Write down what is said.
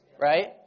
right